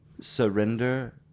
surrender